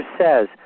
says